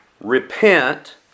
Repent